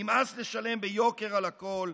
נמאס לשלם ביוקר על הכול,